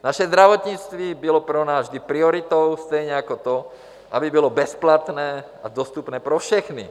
Naše zdravotnictví bylo pro nás vždy prioritou, stejně jako to, aby bylo bezplatné a dostupné pro všechny.